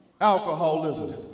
alcoholism